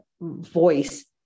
voice